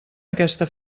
aquesta